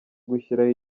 gushyiramo